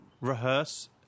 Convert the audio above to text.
rehearse